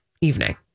evening